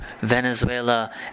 Venezuela